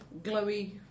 glowy